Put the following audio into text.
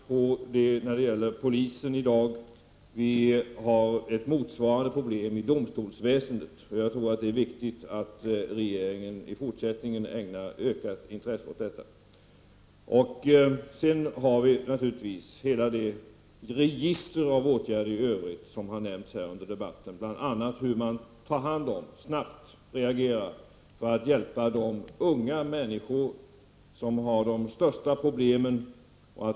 Vi ser ju hur det är inom polisen i dag, och vi har ett motsvarande problem inom domstolsväsendet. Jag tror att det är viktigt att regeringen i fortsättningen ägnar ett större intresse åt dessa frågor. Sedan har vi naturligtvis hela det register av åtgärder i övrigt som har nämnts här i debatten. Bl.a. gäller det hur man tar hand om människor och snabbt reagerar. Det handlar ju om att hjälpa de unga människor som har de största problemen.